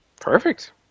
Perfect